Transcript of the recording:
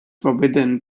forbidden